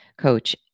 coach